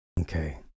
okay